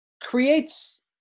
creates